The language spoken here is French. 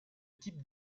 type